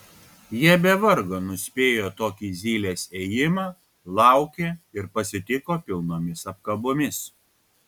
jie be vargo nuspėjo tokį zylės ėjimą laukė ir pasitiko pilnomis apkabomis